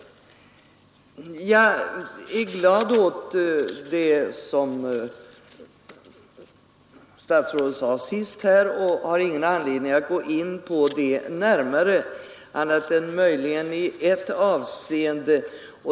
Jag är glad åt vad statsrådet sade senast och har ingen anledning att gå närmare in på det annat än möjligen i ett avseende.